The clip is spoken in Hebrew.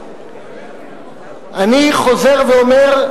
אני חוזר ואומר,